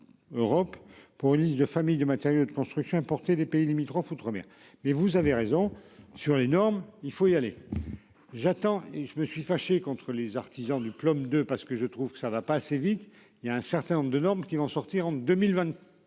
pour l'île de famille de matériaux de construction importés des pays limitrophes outre-mer mais vous avez raison sur les normes, il faut y aller. J'attends et je me suis fâché contre les artisans du club de parce que je trouve que ça ne va pas assez vite, il y a un certain nombre de normes qui vont sortir en 2023